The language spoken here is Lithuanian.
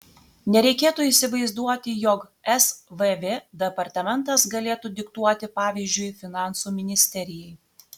nereikėtų įsivaizduoti jog svv departamentas galėtų diktuoti pavyzdžiui finansų ministerijai